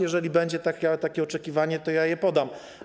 Jeżeli będzie takie oczekiwanie, to ja je podam.